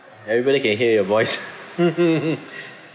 everybody can hear your voice